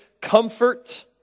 comfort